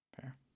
Fair